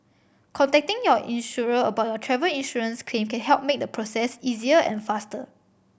contacting your insurer about your travel insurance claim can help make the process easier and faster